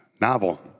Novel